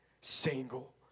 single